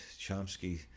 Chomsky